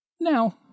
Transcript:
Now